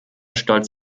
stolz